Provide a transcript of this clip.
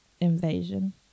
invasion